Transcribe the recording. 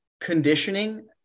conditioning